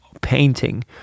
painting